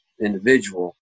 individual